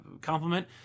compliment